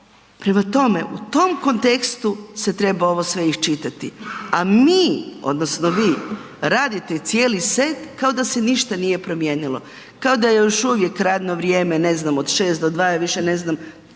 prema tome, u tom kontekstu se treba ovo sve iščitati, a mi, odnosno vi, radite cijeli set kao da se ništa nije promijenilo. Kao da je još uvijek radno vrijeme, ne znam, od 6 do 2, ja više ne znam,